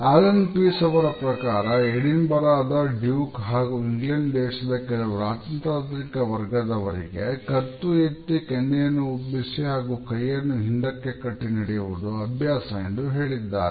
Allen Pease ಅವರ ಪ್ರಕಾರ ಎಡಿನ್ ಬರಾದ ಡ್ಯೂಕ್ ಹಾಗೂ ಇಂಗ್ಲೆಂಡ್ ದೇಶದ ಕೆಲವು ರಾಜತಾಂತ್ರಿಕ ವರ್ಗದವರಿಗೆ ಕತ್ತು ಎತ್ತಿ ಕೆನ್ನೆಯನ್ನು ಉಬ್ಬಿಸಿ ಹಾಗೂ ಕೈಯನ್ನು ಹಿಂದಕ್ಕೆ ಕಟ್ಟಿ ನಡೆಯುವುದು ಅಭ್ಯಾಸ ಎಂದು ಹೇಳಿದ್ದಾರೆ